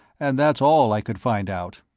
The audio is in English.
and that's all i could find out.